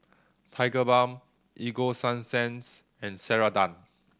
Tigerbalm Ego Sunsense and Ceradan